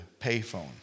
payphone